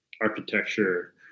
architecture